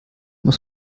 muss